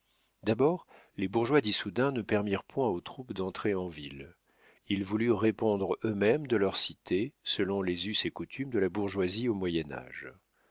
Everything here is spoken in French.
d'abord les bourgeois d'issoudun ne permirent point aux troupes d'entrer en ville ils voulurent répondre eux-mêmes de leur cité selon les us et coutumes de la bourgeoisie au